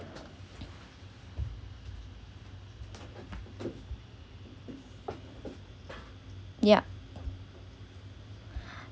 yup